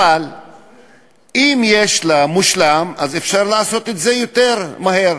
אבל אם יש לה "מושלם" אפשר לעשות את זה יותר מהר.